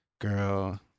girl